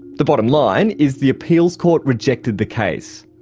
the bottom line is the appeals court rejected the case.